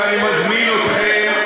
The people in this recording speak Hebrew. ואני מזמין אתכם,